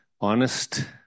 honest